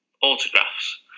autographs